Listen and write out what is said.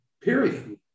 period